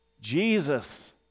Jesus